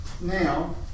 now